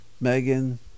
Megan